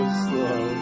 slow